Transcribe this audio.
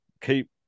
keep